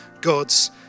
God's